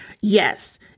Yes